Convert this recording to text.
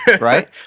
right